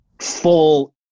full